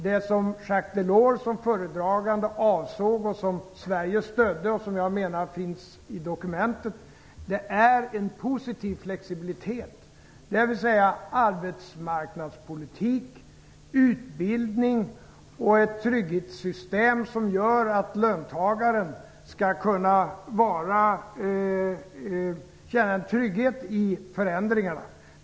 Det som Sverige stödde och som jag menar åsyftas i dokumentet är en positiv flexibilitet, dvs. arbetsmarknadspolitik, utbildning och ett trygghetssystem som gör att löntagaren skall kunna känna en trygghet i förändringarna.